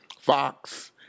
Fox